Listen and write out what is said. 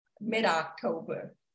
mid-October